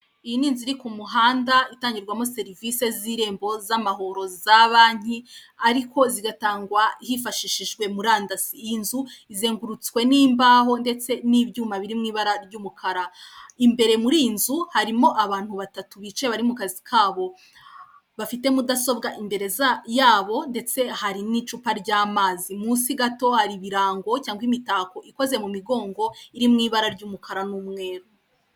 Iyi ni inzu iri ku muhanda itangirwamo serivise z'irembo z'amahoro za banki ariko zigatangwa hifashishijwe murandasi iyi nzu izengurutwse n imbaho ndetse n'ibyuma birimo ibara ry umukara, imbere muri iyi nzu harimo abantu batatu bicaye bari mu kazi kabo bafite mudasobwa imbere yabo ndetse hari n'icupa ry'amazi munsi gato hari ibirango cyangwa imitako ikoze mu migongo iri mu ibara ry'umukara n'umweru.